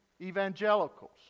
evangelicals